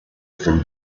from